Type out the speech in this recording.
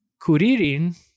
Kuririn